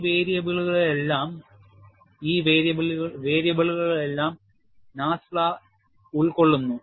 ഈ വേരിയബിളുകളെല്ലാം NASFLA ഉൾക്കൊള്ളുന്നു